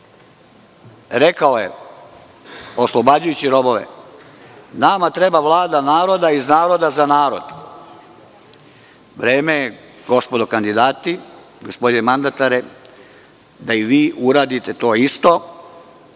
Rekao je oslobađajući robove: „Nama treba Vlada naroda iz naroda za narod“. Vreme je gospodo kandidati, gospodine mandatare da i vi uradite to isto.